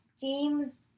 James